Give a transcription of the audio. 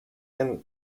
and